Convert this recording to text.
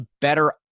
better